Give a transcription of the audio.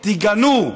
תגנו,